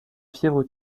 fièvre